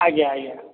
ଆଜ୍ଞା ଆଜ୍ଞା